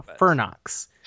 fernox